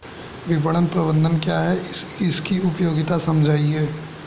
विपणन प्रबंधन क्या है इसकी उपयोगिता समझाइए?